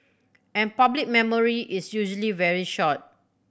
and public memory is usually very short